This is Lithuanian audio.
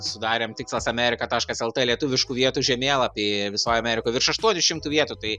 sudarėm tikslas amerika taškas lt lietuviškų vietų žemėlapį visoj amerikoj virš aštuonių šimtų vietų tai